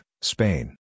Spain